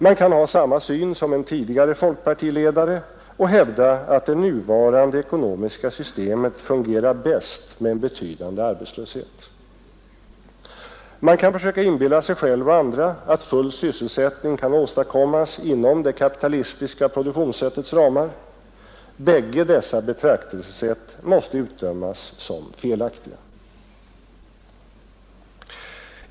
Man kan ha samma syn som en tidigare folkpartiledare och hävda att det nuvarande ekonomiska systemet fungerar bäst med en betydande arbetslöshet. Man kan försöka inbilla sig själv och andra att full sysselsättning kan åstadkommas inom det kapitalistiska produktionssättets ramar. Bägge dessa betraktelsesätt måste utdömas som felaktiga.